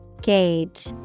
Gauge